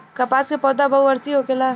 कपास के पौधा बहुवर्षीय होखेला